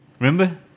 remember